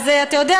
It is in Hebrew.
אז אתה יודע,